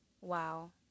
Wow